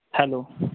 hello